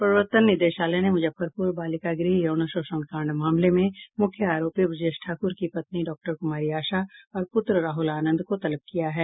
प्रवर्तन निदेशालय ने मुजफ्फरपुर बालिका गृह यौन शोषण कांड मामले के मुख्य आरोपी ब्रजेश ठाकुर की पत्नी डॉक्टर कुमारी आशा और पुत्र राहुल आनंद को तलब किया है